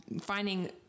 finding